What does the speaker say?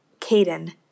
Caden